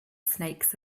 snakes